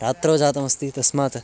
रात्रौ जातमस्ति तस्मात्